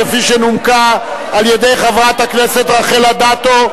כפי שנומקה על-ידי חברת הכנסת רחל אדטו,